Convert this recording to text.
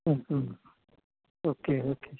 okay okay